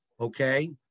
okay